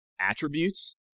attributes